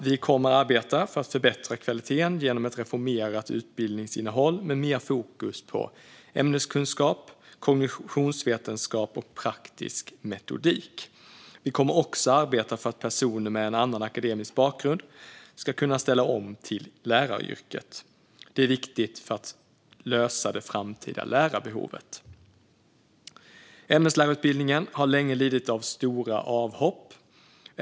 Vi kommer att arbeta för att förbättra kvaliteten genom ett reformerat utbildningsinnehåll med mer fokus på ämneskunskap, kognitionsvetenskap och praktisk metodik. Vi kommer också att arbeta för att personer med en annan akademisk bakgrund ska kunna ställa om till läraryrket. Det är viktigt för att lösa det framtida lärarbehovet. Ämneslärarutbildningen har länge lidit av stora avhopp.